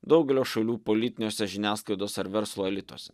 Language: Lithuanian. daugelio šalių politiniuose žiniasklaidos ar verslo elituose